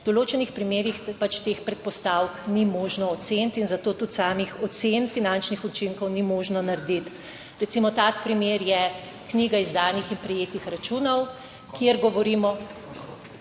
V določenih primerih pač teh predpostavk ni možno oceniti in zato tudi samih ocen finančnih učinkov ni možno narediti. Recimo tak primer je knjiga izdanih in prejetih računov, kjer govorimo,